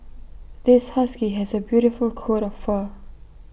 this husky has A beautiful coat of fur